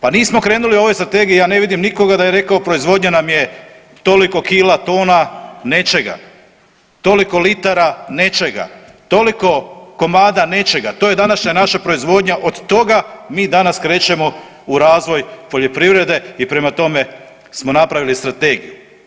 Pa nismo krenuli u ovoj strategiji ja ne vidim nikoga da je rekla proizvodnja nam je toliko kila, tona nečega, toliko litara nečega, toliko komada nečega to je današnja naša proizvodnja od toga mi danas krećemo u razvoj poljoprivrede i prema tome smo napravili strategiju.